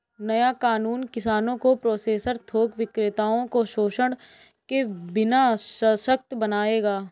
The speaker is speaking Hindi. नया कानून किसानों को प्रोसेसर थोक विक्रेताओं को शोषण के बिना सशक्त बनाएगा